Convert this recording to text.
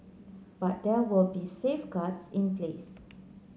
but there will be safeguards in place